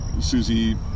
Susie